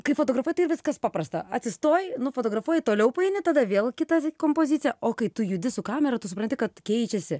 kai fotografuoji tai ir viskas paprasta atsistoji nufotografuoji toliau paeini tada vėl kita kompozicija o kai tu judi su kamera tu supranti kad keičiasi